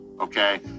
okay